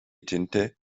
tinte